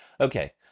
okay